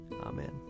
Amen